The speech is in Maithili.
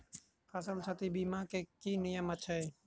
फसल क्षति बीमा केँ की नियम छै?